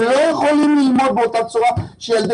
הם לא יכולים ללמוד באותה צורה שילדי